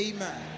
Amen